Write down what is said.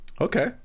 okay